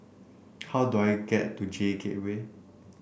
how do I get to J Gateway